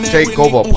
Takeover